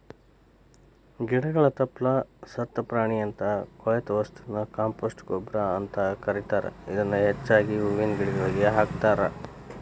ಗಿಡಗಳ ತಪ್ಪಲ, ಸತ್ತ ಪ್ರಾಣಿಯಂತ ಕೊಳೆತ ವಸ್ತುನ ಕಾಂಪೋಸ್ಟ್ ಗೊಬ್ಬರ ಅಂತ ಕರೇತಾರ, ಇದನ್ನ ಹೆಚ್ಚಾಗಿ ಹೂವಿನ ಗಿಡಗಳಿಗೆ ಹಾಕ್ತಾರ